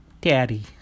daddy